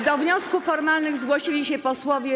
Do wniosków formalnych zgłosili się posłowie.